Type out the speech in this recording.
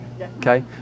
Okay